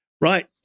Right